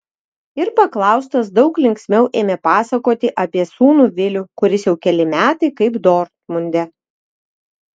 ir paklaustas daug linksmiau ėmė pasakoti apie sūnų vilių kuris jau keli metai kaip dortmunde